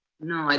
no, like